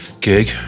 gig